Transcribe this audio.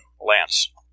lance